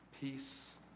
Peace